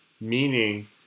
meaning